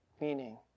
meaning